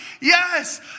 Yes